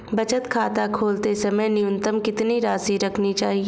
बचत खाता खोलते समय न्यूनतम कितनी राशि रखनी चाहिए?